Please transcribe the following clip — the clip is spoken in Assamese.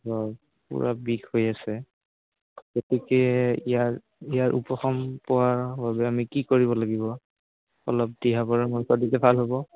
হয় পূৰা বিষ হৈ আছে গতিকে ইয়াৰ ইয়াৰ উপশম পোৱাৰ বাবে আমি কি কৰিব লাগিব অলপ দিহা পৰামৰ্শ দিলে ভাল হ'ব